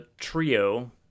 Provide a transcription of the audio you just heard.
trio